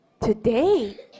Today